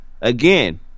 Again